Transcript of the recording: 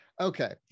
Okay